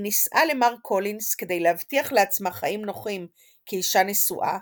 היא נישאה למר קולינס כדי להבטיח לעצמה חיים נוחים כאישה נשואה,